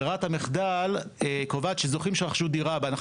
ברירת המחדל קובעת שזוכים שרכשו דירה בהנחה